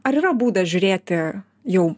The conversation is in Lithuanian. ar yra būdas žiūrėti jau